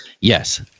Yes